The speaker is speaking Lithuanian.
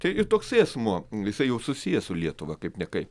tai ir toksai asmuo jisai jau susijęs su lietuva kaip nekaip